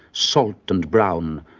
salt and brown,